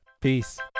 Peace